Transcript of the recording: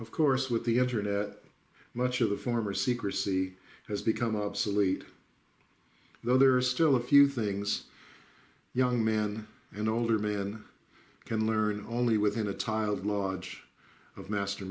of course with the internet much of the former secrecy has become obsolete though there are still a few things young man an older man can learn only within a tiled lodge of master